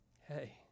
hey